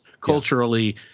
culturally